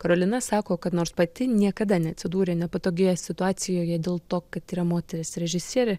karolina sako kad nors pati niekada neatsidūrė nepatogioje situacijoje dėl to kad yra moteris režisierė